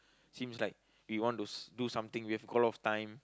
seems like we want to do something we have got a lot time